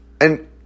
and-